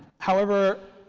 however,